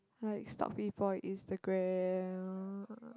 like stalk people on Instagram